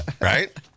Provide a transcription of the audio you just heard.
Right